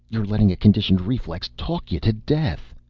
you're letting a conditioned reflex talk you to death!